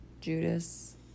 Judas